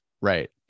Right